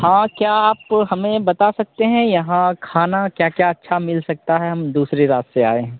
हाँ क्या आप हमें बता सकते हैं यहाँ खाना क्या क्या अच्छा मिल सकता है हम दूसरे गाँव से आए हैं